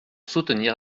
soutenir